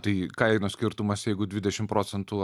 tai kainų skirtumas jeigu dvidešimt procentų